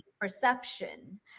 perception